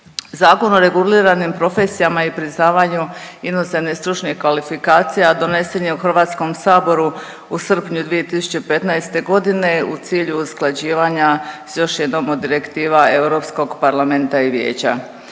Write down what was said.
Zakon o reguliranim profesijama i priznavanju inozemne stručne kvalifikacija donesen je u HS-u srpnju 2015.g. u cilju usklađivanja s još jednom od direktiva Europskog parlamenta i Vijeća.